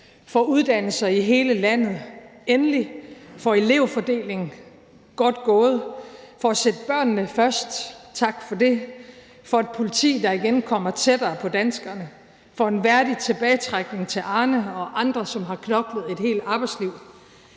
for uddannelser i hele landet og endelig for elevfordeling, godt gået, for at sætte børnene først, tak for det, for et politi, der igen kommer tættere på danskerne, for en værdig tilbagetrækning til Arne og andre, som har knoklet et helt arbejdsliv.